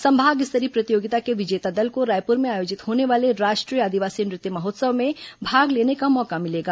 संभाग स्तरीय प्रतियोगिता के विजेता दल को रायपुर में आयोजित होने वाले राष्ट्रीय आदिवासी नृत्य महोत्सव में भाग लेने का मौका मिलेगा